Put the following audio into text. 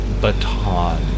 baton